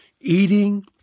eating